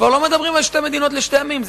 כבר לא מדברים על שתי מדינות לשני עמים.